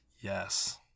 Yes